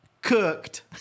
cooked